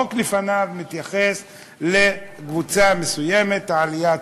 החוק שלפניו מתייחס לקבוצה מסוימת: העלייה הצרפתית.